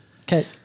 Okay